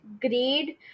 grade